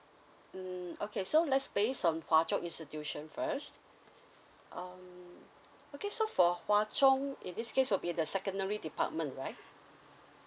mm okay so lets based hwa chong institution first um okay so for hwa chong in this case will be the secondary department right